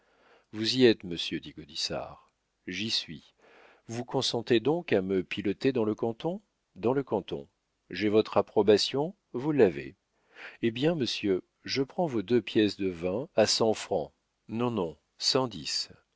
vous y êtes monsieur dit gaudissart j'y suis vous consentez donc à me piloter dans le canton dans le canton j'ai votre approbation vous l'avez hé bien monsieur je prends vos deux pièces de vin à cent francs non non cent dix